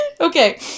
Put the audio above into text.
Okay